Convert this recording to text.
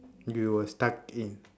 you were stuck in